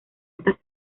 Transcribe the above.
estas